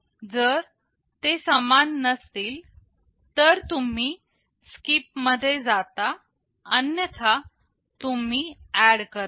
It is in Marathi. जर ते समान नसतील तर तुम्ही SKIP मध्ये जाता अन्यथा तुम्ही ऍड करता